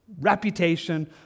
Reputation